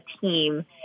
team